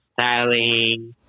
styling